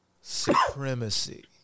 supremacy